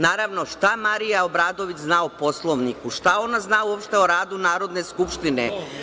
Naravno, šta Marija Obradović zna o Poslovniku, šta ona uopšte zna o radu Narodne skupštine?